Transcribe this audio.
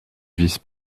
vice